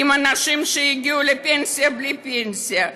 עם אנשים שהגיעו לפנסיה בלי פנסיה.